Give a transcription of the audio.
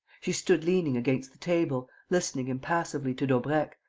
she stood leaning against the table, listening impassively to daubrecq,